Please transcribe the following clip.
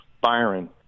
Byron